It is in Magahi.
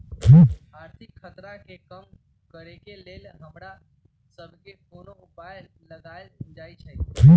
आर्थिक खतरा के कम करेके लेल हमरा सभके कोनो उपाय लगाएल जाइ छै